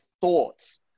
thoughts